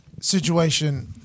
situation